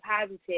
positive